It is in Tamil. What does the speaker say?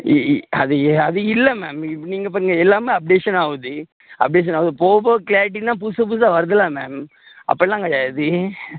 இ இ அது அது இல்லை மேம் இப்போ நீங்கள் பாருங்கள் எல்லாமே அப்டேஷன் ஆகுது அப்டேஷன் ஆகுது போக போக க்ளியாரிட்டி எல்லாம் புதுசு புதுசாக வருதுல மேம் அப்பட்லாம் கிடையாது